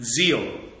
zeal